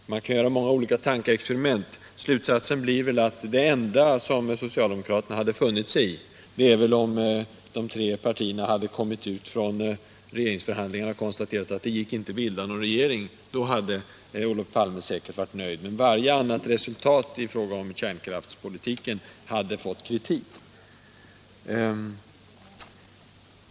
Det enda socialdemokraterna hade kunnat godkänna skulle ha varit, om de tre partierna hade kommit ut från regeringsförhandlingarna och konstaterat att det inte gick att bilda någon regering. Då hade Olof Palme säkerligen varit nöjd, men varje annat resultat i fråga om energipolitiken hade mött kritik.